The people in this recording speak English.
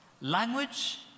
language